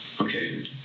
Okay